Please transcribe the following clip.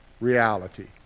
Reality